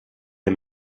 der